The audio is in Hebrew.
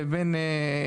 לאיגודים,